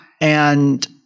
And-